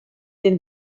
den